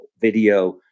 video